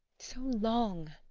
so long,